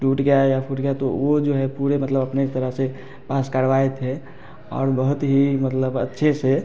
टूट गया है या फूट गया है तो वो जो है पूरे मतलब अपने तरह से पास करवाए थे और बहुत ही मतलब अच्छे से